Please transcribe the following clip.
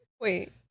Wait